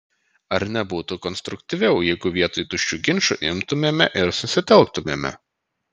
ar nebūtų konstruktyviau jeigu vietoj tuščių ginčų imtumėme ir susitelktumėme